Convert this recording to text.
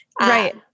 Right